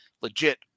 legit